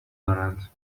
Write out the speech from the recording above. دارند